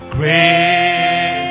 Great